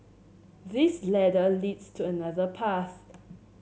this ladder leads to another path